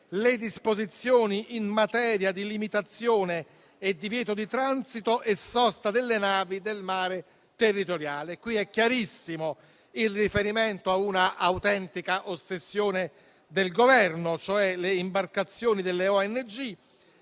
le disposizioni in materia di limitazione, divieto di transito e sosta delle navi nel mare territoriale. Qui è chiarissimo il riferimento a una autentica ossessione del Governo, e cioè le imbarcazioni delle ONG